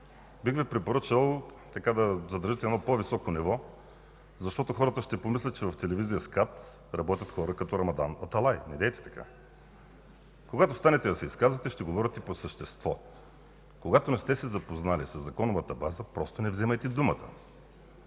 бих Ви препоръчал да заделите едно по-високо ниво, защото хората ще помислят, че в телевизия СКАТ работят хора като Рамадан Аталай. Недейте така! Когато станете да се изказвате, ще говорите по същество! Когато не сте се запознали със законовата база, просто не вземайте думата!